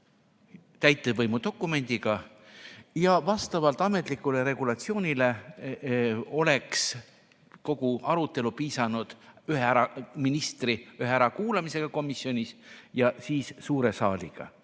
täitevvõimu dokumendiga ja vastavalt ametlikule regulatsioonile oleks kogu aruteluks piisanud ministri ühest ärakuulamisest komisjonis ja siis suure saali